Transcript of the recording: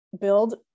build